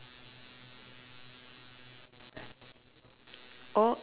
or